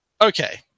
Okay